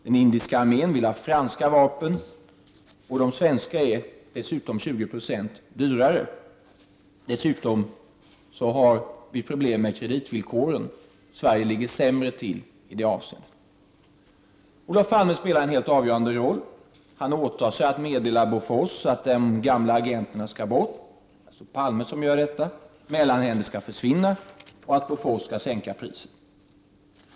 Den indiska armén vill ha franska vapen, och de svenska är dessutom 20 96 dyrare. Dessutom har Sverige problem med kreditvillkoren. Sverige ligger sämre till i detta avseende. Olof Palme spelar en helt avgörande roll. Han åtar sig att meddela Bofors att de gamla agenterna skall bort, att mellanhänder skall försvinna och att Bofors skall sänka priset.